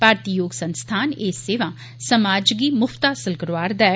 भारती योग संस्थान एह् सेवां समाज गी मुफ्त हासल करोआ'रदा ऐ